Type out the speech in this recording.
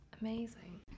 Amazing